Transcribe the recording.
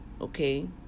okay